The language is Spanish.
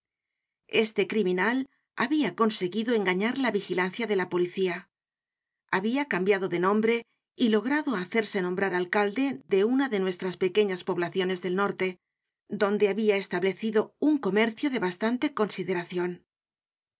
este criminal habia conseguido engañar la vigilancia de la policía habia cambiado de nombre y logrado ha cerse nombrar alcalde de una de nuestras pequeñas poblaciones del norte donde habia establecido un comercio de bastante consideracion